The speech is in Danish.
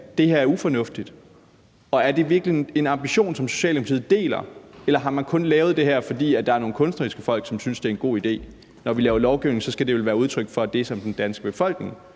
det her er ufornuftigt. Er det virkelig en ambition, som Socialdemokratiet deler? Eller har man kun lavet det her, fordi der er nogle kunstneriske folk, som synes, det er en god idé? Når vi laver lovgivning, skal det vel være et udtryk for det, som den danske befolkning